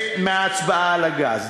מההצבעה על הגז.